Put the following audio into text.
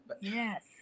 Yes